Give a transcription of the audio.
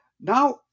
Now